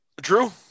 Drew